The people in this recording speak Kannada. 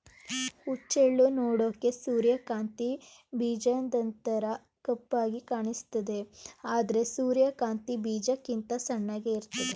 ಹುಚ್ಚೆಳ್ಳು ನೋಡೋಕೆ ಸೂರ್ಯಕಾಂತಿ ಬೀಜದ್ತರ ಕಪ್ಪಾಗಿ ಕಾಣಿಸ್ತದೆ ಆದ್ರೆ ಸೂರ್ಯಕಾಂತಿ ಬೀಜಕ್ಕಿಂತ ಸಣ್ಣಗೆ ಇರ್ತದೆ